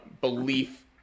belief